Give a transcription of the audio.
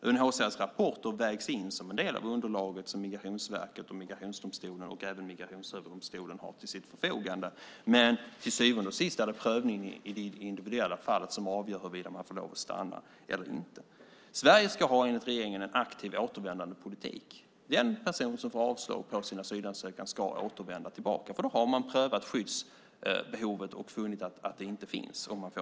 UNHCR:s rapporter vägs in som en del av underlaget som Migrationsverket, migrationsdomstolarna och Migrationsöverdomstolen har till sitt förfogande, men till syvende och sist är det prövningen i det individuella fallet som avgör huruvida man får lov att stanna eller inte. Sverige ska enligt regeringen ha en aktiv återvändandepolitik. Den person som får avslag på sin asylansökan ska återvända, för om personen får ett negativt beslut har man prövat skyddsbehovet och funnit att det inte finns.